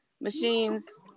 machines